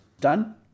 done